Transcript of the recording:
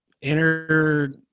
inner